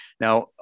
Now